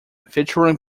featuring